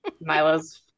Milo's